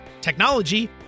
technology